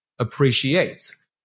Appreciates